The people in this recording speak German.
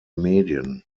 medien